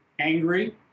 angry